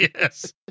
Yes